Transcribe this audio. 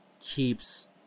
keeps